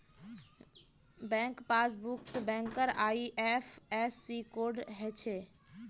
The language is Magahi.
बैंक पासबुकत बैंकेर आई.एफ.एस.सी कोड हछे